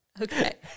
Okay